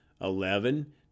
Eleven